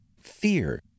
fear